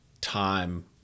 time